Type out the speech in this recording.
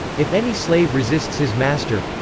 if any slave resists his master.